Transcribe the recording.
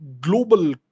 global